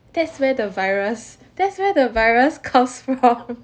that's where the virus that's where the virus comes from